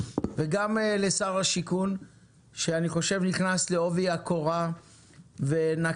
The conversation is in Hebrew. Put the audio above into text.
וגם לשר השיכון שאני חושב שנכנס לעובי הקורה ונקט